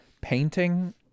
painting